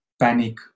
panic